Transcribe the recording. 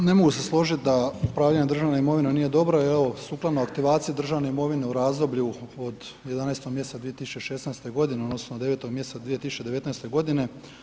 A ne mogu se složiti da upravljanje državno imovinom nije dobro i evo sukladno aktivaciji državne imovine u razdoblju od 11. mjeseca 2016. godine odnosno od 9.og mjeseca 2019. godine.